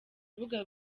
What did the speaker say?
rubuga